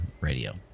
Radio